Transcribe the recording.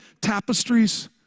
tapestries